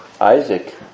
Isaac